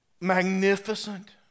magnificent